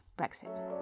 Brexit